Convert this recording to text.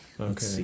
okay